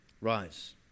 Rise